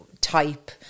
type